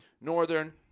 Northern